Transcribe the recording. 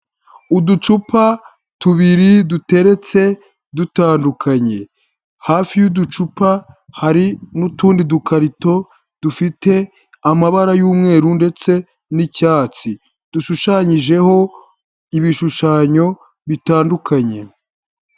Uducupa tubiri duteretse dutandukanye hafi y'uducupa hari n'utundi dukarito dufite amabara y'umweru ndetse n'icyatsi dushushanyijeho ibishushanyo bitandukanye.